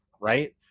Right